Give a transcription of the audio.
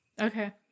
Okay